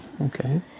okay